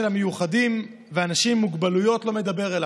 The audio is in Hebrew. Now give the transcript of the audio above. המיוחדים והאנשים עם מוגבלויות לא מדבר אליו.